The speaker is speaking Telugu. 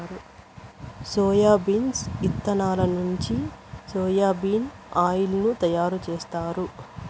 సోయాబీన్స్ ఇత్తనాల నుంచి సోయా బీన్ ఆయిల్ ను తయారు జేత్తారు